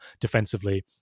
defensively